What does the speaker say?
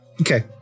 Okay